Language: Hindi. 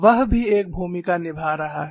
वह भी एक भूमिका निभा रहा है